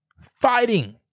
fighting